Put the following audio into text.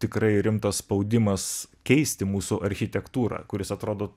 tikrai rimtas spaudimas keisti mūsų architektūrą kuris atrodo